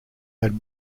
had